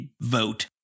vote